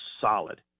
solid